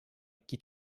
qui